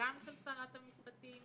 גם של שרת המשפטים